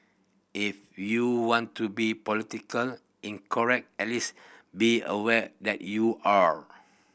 if you want to be politically incorrect at least be aware that you are